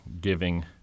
giving